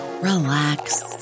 relax